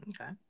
Okay